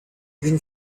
even